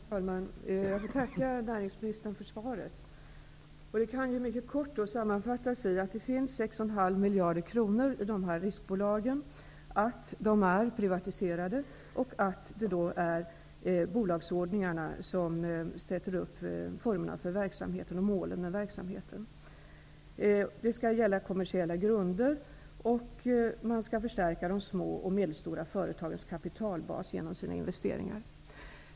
Herr talman! Jag vill tacka näringsministern för svaret. Det kan mycket kort sammanfattas i att det finns 6,5 miljarder kronor i riskkapitalbolagen, att de är privatiserade, att det är bolagsordningarna som bestämmer formerna och sätter upp målen för verksamheten, och att riskkapitalbolagen på kommersiella grunder skall förstärka de små och medelstora företagens kapitalbas genom sina investeringar.